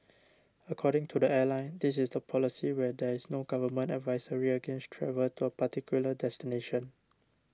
according to the airline this is the policy when there is no government advisory against travel to a particular destination